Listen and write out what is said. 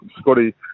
Scotty